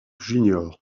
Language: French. junior